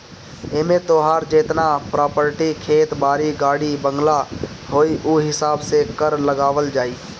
एमे तोहार जेतना प्रापर्टी खेत बारी, गाड़ी बंगला होई उ हिसाब से कर लगावल जाई